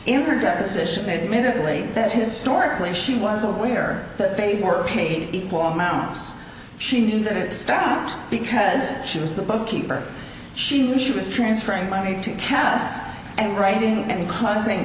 her deposition admittedly that historically she was aware that they were paid equal amounts she knew that it stopped because she was the bookkeeper she was transferring money to cast and writing and causing